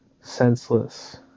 senseless